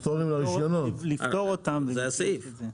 הפטורים לרישיונות לפטור את זה.